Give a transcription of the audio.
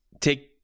take